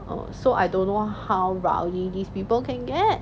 oh so I don't know how rowdy these people can get